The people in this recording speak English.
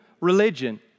religion